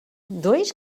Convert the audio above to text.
dois